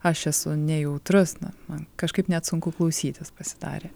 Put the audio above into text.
aš esu nejautrus na man kažkaip net sunku klausytis pasidarė